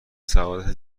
سعادت